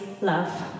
love